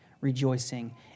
rejoicing